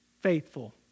faithful